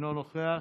אינו נוכח,